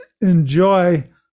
enjoy